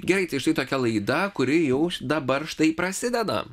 gerai tai štai tokia laida kuri jau dabar štai prasideda